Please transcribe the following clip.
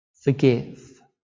forgive